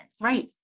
Right